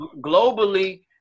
globally